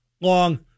long